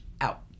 out